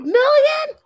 million